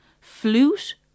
Flute